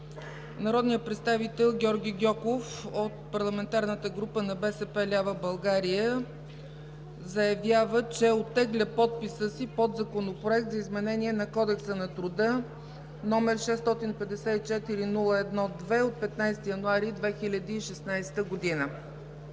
народният представител Георги Гьоков от Парламентарната група на БСП лява България заявява, че оттегля подписа си под законопроект за изменение на Кодекса на труда, № 654-01-2, от 15 януари 2016 г.